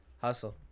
Hustle